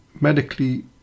medically